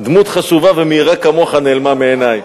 דמות חשובה ומאירה כמוך נעלמה מעיני?